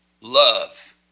love